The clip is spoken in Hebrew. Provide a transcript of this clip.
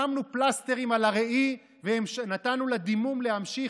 ששמנו פלסטרים על הראי ונתנו לדימום להימשך?